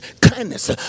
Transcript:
kindness